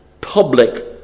public